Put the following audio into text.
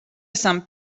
sant